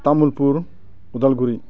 Tamulpur Udalguri